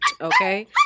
okay